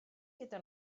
gyda